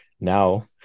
now